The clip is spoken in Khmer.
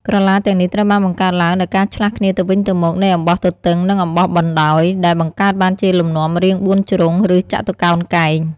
ក្រឡាទាំងនេះត្រូវបានបង្កើតឡើងដោយការឆ្លាស់គ្នាទៅវិញទៅមកនៃអំបោះទទឹង និងអំបោះបណ្ដោយ ដែលបង្កើតបានជាលំនាំរាងបួនជ្រុង ឬចតុកោណកែង។